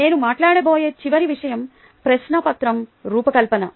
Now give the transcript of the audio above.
నేను మాట్లాడబోయే చివరి విషయం ప్రశ్నపత్రం రూపకల్పన